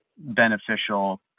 beneficial